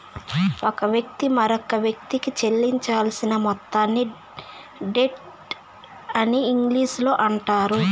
ఒక వ్యక్తి మరొకవ్యక్తికి చెల్లించాల్సిన మొత్తాన్ని డెట్ అని ఇంగ్లీషులో అంటారు